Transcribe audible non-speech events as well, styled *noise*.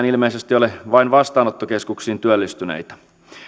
*unintelligible* ilmeisesti ole vain vastaanottokeskuksiin työllistyneitä